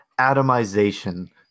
atomization